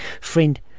friend